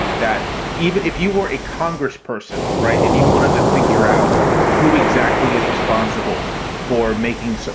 that even if you were a congressperson. right. and you wanted to figure out who exactly is responsible for making, so